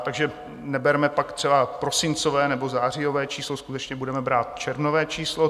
Takže neberme pak prosincové nebo zářijové číslo, skutečně budeme brát červnové číslo.